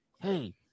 Hey